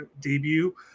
debut